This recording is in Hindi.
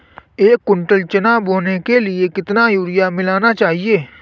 एक कुंटल चना बोने के लिए कितना यूरिया मिलाना चाहिये?